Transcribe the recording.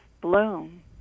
bloom